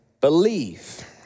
believe